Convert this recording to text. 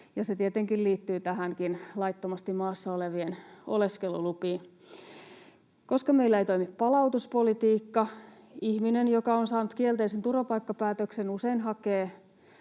se tietenkin liittyy näihin laittomasti maassa olevien oleskelulupiin: Koska meillä ei toimi palautuspolitiikka, ihminen, joka on saanut kielteisen turvapaikkapäätöksen, usein hakee